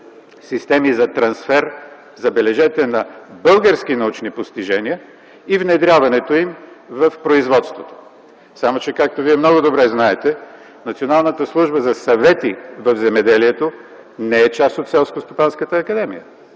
системи за трансфер, забележете, на български научни постижения и внедряването им в производството. Само че, както вие много добре знаете, Националната служба за съвети то е в земеделието, една част от Селскостопанската академия.